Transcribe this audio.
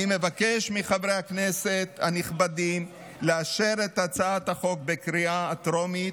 אני מבקש מחברי הכנסת הנכבדים לאשר את הצעת החוק בקריאה הטרומית,